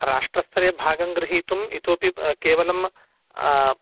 राष्ट्रस्तरे भागं गृहीतुं इतोपि केवलं